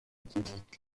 کنند